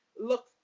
look